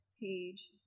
page